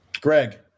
Greg